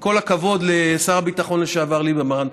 עם כל הכבוד לשר הביטחון לשעבר ליברמן,